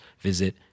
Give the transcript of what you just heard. visit